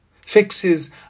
Fixes